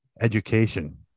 Education